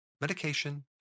medication